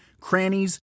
crannies